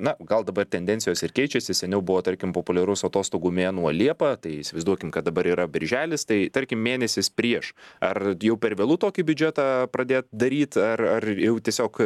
na gal dabar tendencijos ir keičiasi seniau buvo tarkim populiarus atostogų mėnuo liepa tai įsivaizduokim kad dabar yra birželis tai tarkim mėnesis prieš ar jau per vėlu tokį biudžetą pradėt daryt ar tiesiog